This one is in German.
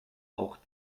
auch